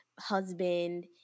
husband